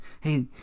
hey